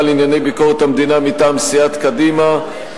לענייני ביקורת המדינה: מטעם סיעת קדימה,